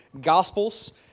Gospels